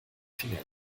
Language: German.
finger